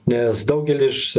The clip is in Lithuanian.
nes daugelis